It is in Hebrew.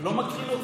זה לא מקרין עוצמה.